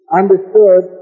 understood